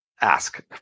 ask